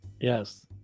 Yes